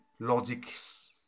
logics